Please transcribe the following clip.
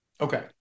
Okay